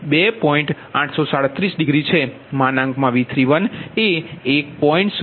837 degree છે V31એ 1